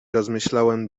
rozmyślałem